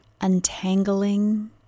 untangling